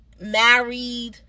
married